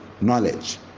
knowledge